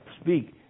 speak